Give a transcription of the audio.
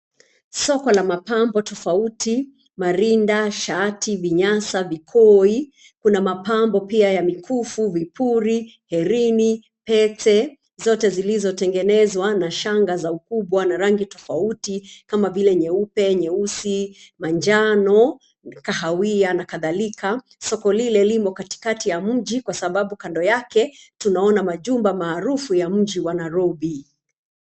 Soko la mapambo tofauti marinda, shati, vinyasa, vikoi. Kuna mapambo pia ya mikufu, vipuri, herini, pete, zote zilizotengenezwa na shangaa za ukubwa na rangi tofauti kama vile nyeupe, nyeusi, manjano, kahawia na kadhalika. Soko lile limo katikati ya mji kwa sababu kando yake tunaona majumba maarufu ya mji wa Nairobi.